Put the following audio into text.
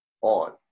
on